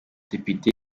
depite